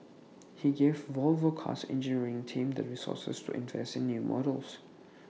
he gave Volvo car's engineering team the resources to invest in new models